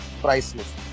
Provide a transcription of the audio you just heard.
priceless